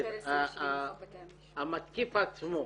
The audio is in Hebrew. המתקיף עצמו,